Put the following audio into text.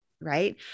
Right